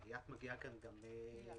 הילה מגיעה לכאן גם בגזרה